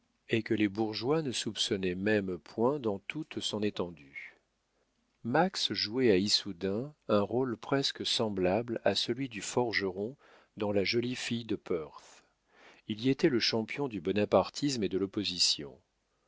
et que les bourgeois ne soupçonnaient même point dans toute son étendue max jouait à issoudun un rôle presque semblable à celui du forgeron dans la jolie fille de perth il y était le champion du bonapartisme et de l'opposition